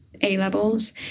A-levels